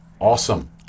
Awesome